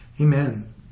Amen